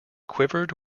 quivered